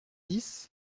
dix